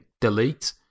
delete